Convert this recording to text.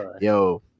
yo